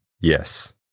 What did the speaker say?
Yes